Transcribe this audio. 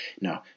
No